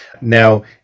Now